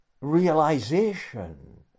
realization